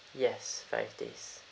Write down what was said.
yes five days